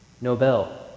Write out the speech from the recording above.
Nobel